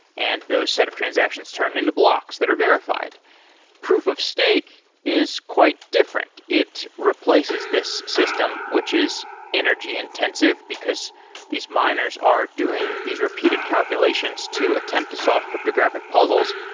and those set of transactions turn into blocks that are verified proof of stake is quite different. it replaces this system, which is energy-intensive, because these miners are doing these repeated calculations to attempt to solve cryptographic puzzles.